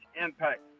impact